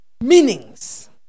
meanings